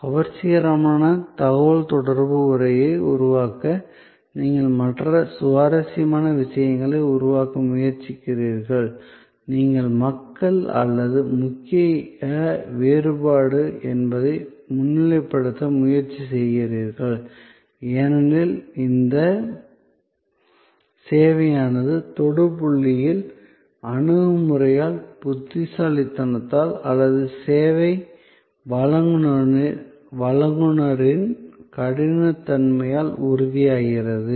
கவர்ச்சிகரமான தகவல்தொடர்பு உரையை உருவாக்க நீங்கள் மற்ற சுவாரஸ்யமான விஷயங்களை உருவாக்க முயற்சிக்கிறீர்கள் நீங்கள் மக்கள் அல்லது முக்கிய வேறுபாடு என்பதை முன்னிலைப்படுத்த முயற்சி செய்கிறீர்கள் ஏனெனில் இந்த சேவையானது தொடு புள்ளியில் அணுகுமுறையால் புத்திசாலித்தனத்தால் அல்லது சேவை வழங்குநரின் கடினத்தன்மையால் உறுதியாகிறது